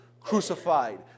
crucified